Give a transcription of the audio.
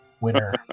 winner